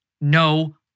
No